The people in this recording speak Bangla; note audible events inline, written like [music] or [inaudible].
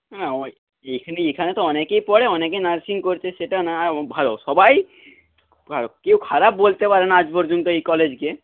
না [unintelligible] এখানে তো অনেকেই পড়ে অনেকেই নার্সিং করছে সেটা না ভালো সবাই ভালো কেউ খারাপ বলতে পারে না আজ পর্যন্ত এই কলেজকে